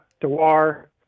Dewar